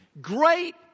great